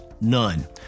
None